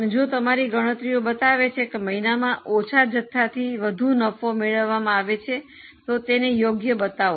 અને જો તમારી ગણતરીઓ બતાવે છે કે મહિનામાં ઓછા જથ્થોથી વધુ નફો મેળવવામાં આવે છે તો તેને યોગ્ય બતાવો